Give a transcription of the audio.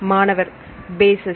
மாணவர் பேசஸ்